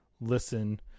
listen